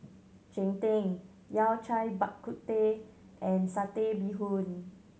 cheng tng Yao Cai Bak Kut Teh and Satay Bee Hoon